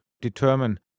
determine